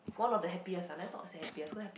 one of the happiest ah let's not say happiest cause happy